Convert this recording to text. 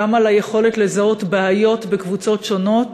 גם על היכולת לזהות בעיות בקבוצות שונות